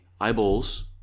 eyeballs